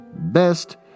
best